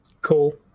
Cool